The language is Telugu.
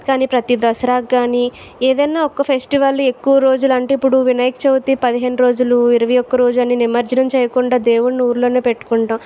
కానీ ప్రతి దసరాకు కాని ఏదైనా ఒక ఫెస్టివల్ ఎక్కువ రోజులు అంటే ఇప్పుడు వినాయక చవితి పదిహేను రోజులు ఇరవై ఒక రోజు అని నిమజ్జనం చేయకుండా దేవుడు ఊరిలోనే పెట్టుకుంటాం